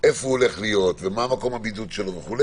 מאיפה הוא הולך להיות ומה מקום הבידוד שלו וכו',